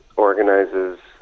organizes